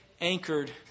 anchored